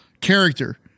character